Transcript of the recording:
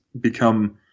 become